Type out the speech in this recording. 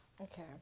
okay